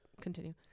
continue